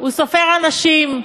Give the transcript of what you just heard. הוא סופר אנשים,